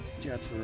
jets